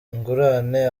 ingurane